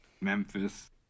Memphis